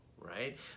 Right